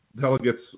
delegates